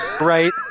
Right